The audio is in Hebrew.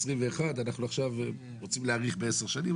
אנחנו עכשיו רוצים להאריך בעשר שנים,